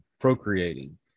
procreating